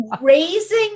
raising